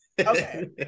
Okay